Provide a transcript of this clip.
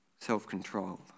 self-control